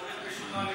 צריך מישהו מהליכוד.